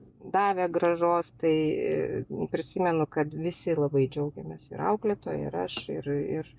davė grąžos tai prisimenu kad visi labai džiaugėmės ir auklėtoja ir aš ir ir